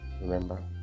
Remember